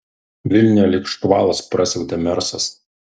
vilniuje lyg škvalas prasiautė mersas